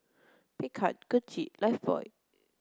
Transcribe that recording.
Picard Gucci and Lifebuoy